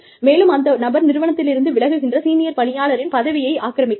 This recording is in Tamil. மேலும் அந்த நபர் நிறுவனத்திலிருந்து விலகுகின்ற சீனியர் பணியாளரின் பதவியை ஆக்கிரமிக்கிறார்